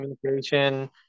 communication